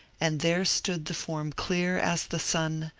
and there stood the form clear as the sun,